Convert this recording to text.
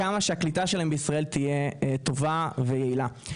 עד כמה הקליטה שלהם בישראל תהיה טובה ויעילה.